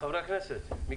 חברי הכנסת, בבקשה.